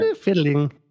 Fiddling